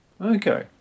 Okay